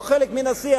לא חלק מן השיח,